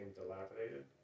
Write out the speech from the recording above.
dilapidated